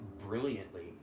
brilliantly